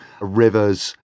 Rivers